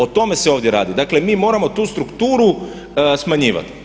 O tome se ovdje radi, dakle mi moramo tu strukturu smanjivati.